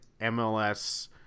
mls